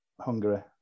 Hungary